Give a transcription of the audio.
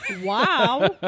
wow